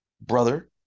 brother